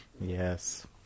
Yes